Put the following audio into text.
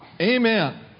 Amen